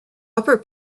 upper